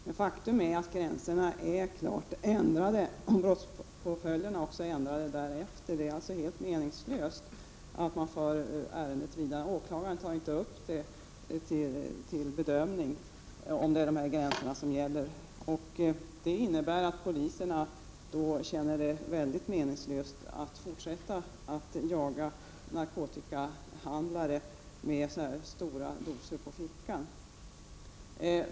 Men faktum är att gränserna klart har ändrats och brottspåföljderna därefter, och det är alltså helt meningslöst att föra ett ärende vidare, då åklagaren inte tar upp det till bedömning när de här gränserna gäller. Det innebär att poliserna känner att det är meningslöst att fortsätta att jaga narkotikahandlare med så "här stora doser på fickan.